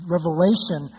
Revelation